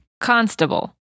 Constable